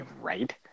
right